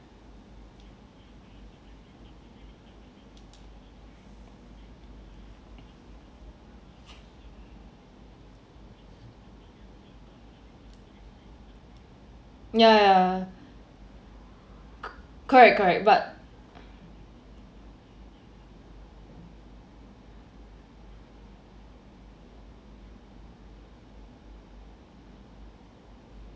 ya co~ correct correct but